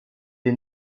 est